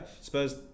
Spurs